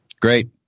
Great